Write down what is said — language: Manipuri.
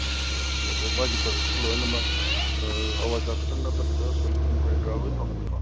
ꯑꯣꯀꯦ ꯑꯣꯀꯦ ꯑꯗꯣ ꯃꯥꯒꯤ ꯄ꯭ꯔꯗꯛꯁꯨ ꯂꯣꯏꯅꯃꯛ ꯍꯋꯥꯏꯖꯥꯔ ꯈꯤꯇꯪ ꯅꯞꯇꯕꯤꯗ ꯁꯣꯏꯕꯨꯝ ꯀꯔꯤ ꯀꯔꯥ ꯂꯣꯏ ꯐꯪꯒꯅꯤꯀꯣ